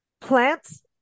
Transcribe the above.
plants